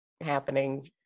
happening